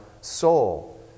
soul